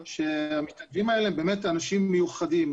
המתנדבים האלה הם באמת אנשים מיוחדים.